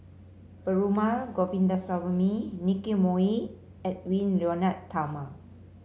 Perumal Govindaswamy Nicky Moey and Edwy Lyonet Talma